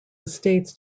estates